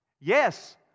Yes